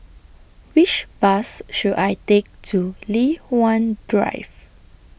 Which Bus should I Take to Li Hwan Drive